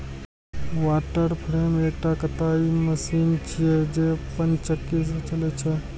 water frame एकटा कताइ machine छियै, जे पनचक्की सं चलै छै